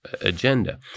agenda